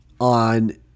on